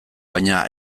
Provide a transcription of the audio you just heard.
baina